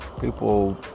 people